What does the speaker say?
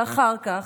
ואחר כך,